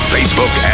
Facebook